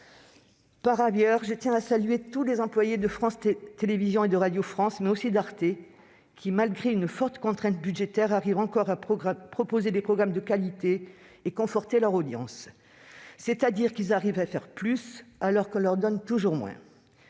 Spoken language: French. par ailleurs à saluer tous les employés de France Télévisions et de Radio France, mais aussi d'Arte, qui, malgré de fortes contraintes budgétaires, arrivent encore à proposer des programmes de qualité et à conforter leurs audiences. Ils arrivent à faire plus alors qu'on leur donne toujours moins.